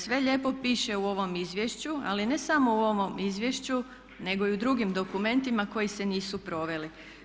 Sve lijepo piše u ovom izvješću, ali ne samo u ovom izvješću nego i u drugim dokumentima koji se nisu proveli.